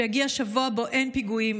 שיגיע שבוע שבו אין פיגועים,